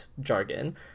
jargon